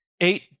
Eight